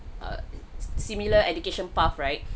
a similar education path right